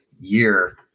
year